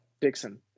Dixon